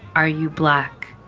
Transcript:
are you black?